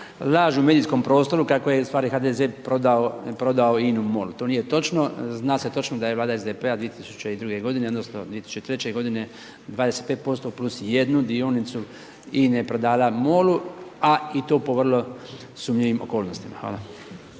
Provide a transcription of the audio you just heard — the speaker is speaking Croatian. laž u medijskom prostoru kako je ustvari HDZ prodao INA-u MOL-u. To nije točno, zna se točno da je Vlada SDP-a 2002. godine, odnosno 2003. godine 25%+1 dionicu INA-e prodala MOL-u a i to po vrlo sumnjivim okolnostima. Hvala.